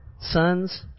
sons